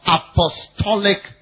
apostolic